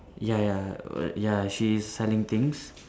ya ya oh ya she is selling things